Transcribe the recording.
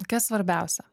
kas svarbiausia